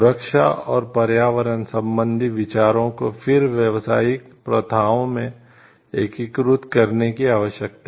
सुरक्षा और पर्यावरण संबंधी विचारों को फिर व्यावसायिक प्रथाओं में एकीकृत करने की आवश्यकता है